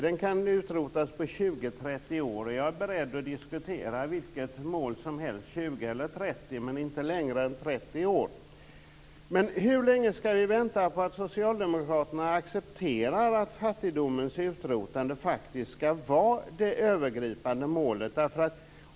Den kan rotas på 20-30 år, och jag är beredd att diskutera vilket mål som helst, 20 eller 30 år men inte längre. Men hur länge skall vi vänta på att Socialdemokraterna accepterar att fattigdomens utrotande faktiskt skall vara det övergripande målet.